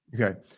Okay